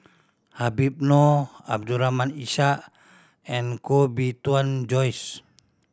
Habib Noh Abdul Rahim Ishak and Koh Bee Tuan Joyce